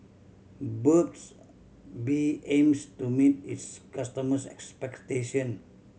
Burt's Bee aims to meet its customers' expectation